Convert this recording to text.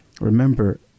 Remember